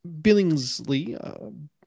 Billingsley